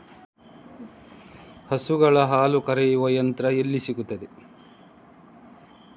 ಹಸುಗಳ ಹಾಲು ಕರೆಯುವ ಯಂತ್ರ ಎಲ್ಲಿ ಸಿಗುತ್ತದೆ?